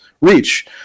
reach